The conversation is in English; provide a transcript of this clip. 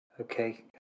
Okay